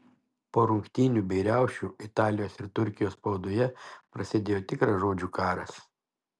po rungtynių bei riaušių italijos ir turkijos spaudoje prasidėjo tikras žodžių karas